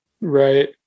Right